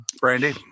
Brandy